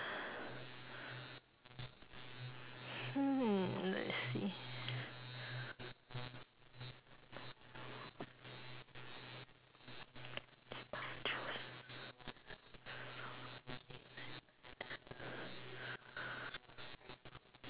mm wait I see